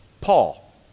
Paul